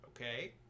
okay